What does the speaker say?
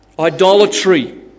idolatry